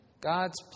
God's